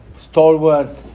stalwart